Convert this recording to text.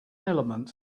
element